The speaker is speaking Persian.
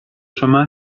شما